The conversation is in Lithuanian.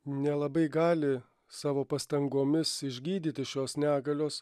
nelabai gali savo pastangomis išgydyti šios negalios